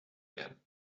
werden